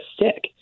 sick